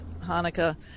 Hanukkah